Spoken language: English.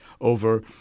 over